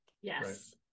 Yes